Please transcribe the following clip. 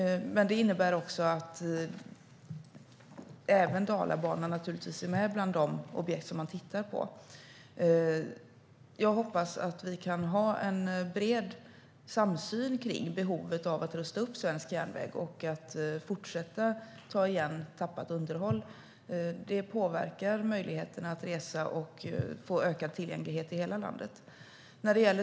Det innebär naturligtvis att även Dalabanan finns med bland de objekt som man tittar på. Jag hoppas att vi kan ha en bred samsyn kring behovet av att rusta upp svensk järnväg och fortsätta ta igen tappat underhåll. Det påverkar möjligheterna att resa och få ökad tillgänglighet i hela landet.